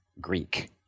Greek